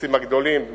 האוטובוסים הגדולים,